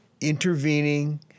intervening